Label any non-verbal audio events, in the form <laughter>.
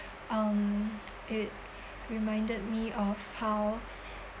um <noise> it reminded me how